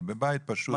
אבל בבית פשוט.